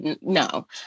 no